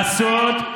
בבקשה.